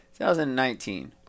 2019